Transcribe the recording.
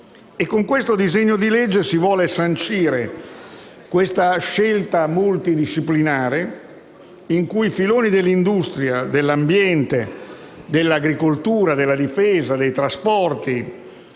Con il disegno di legge in esame si vuole sancire la scelta multidisciplinare - riguarda i filoni dell'industria, dell'ambiente, dell'agricoltura, della difesa e dei trasporti